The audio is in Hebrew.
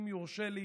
אם יורשה לי,